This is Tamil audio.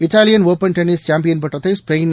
இத்தாலியன் ஒப்பன் டென்னிஸ் சாம்பியன் பட்டத்தை ஸ்பெயின்